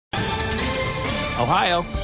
Ohio